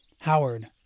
Howard